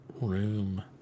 room